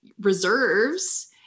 reserves